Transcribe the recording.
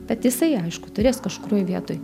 bet jisai aišku turės kažkurioj vietoj